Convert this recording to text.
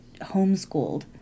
homeschooled